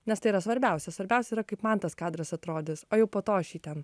nes tai yra svarbiausia svarbiausia yra kaip man tas kadras atrodys o jau po to aš jį ten